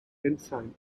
ensign